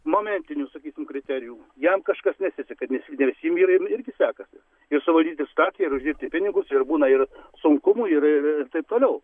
momentinių sakysim kriterijų jam kažkas nesiseka nes visiem vyram irgi sekasi ir suvaldyti situaciją ir uždirbti pinigus ir būna ir sunkumų ir ir taip toliau